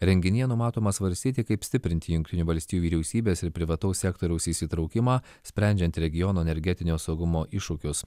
renginyje numatoma svarstyti kaip stiprinti jungtinių valstijų vyriausybės ir privataus sektoriaus įsitraukimą sprendžiant regiono energetinio saugumo iššūkius